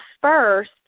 first